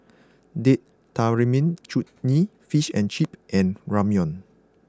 Date Tamarind Chutney Fish and Chips and Ramyeon